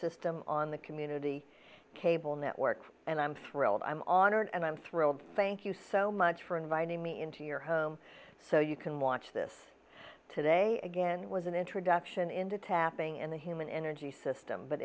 system on the community cable network and i'm thrilled i'm on it and i'm thrilled thank you so much for inviting me into your home so you can watch this today again was an introduction into tapping into human energy system but